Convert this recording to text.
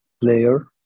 player